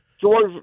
George